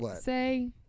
say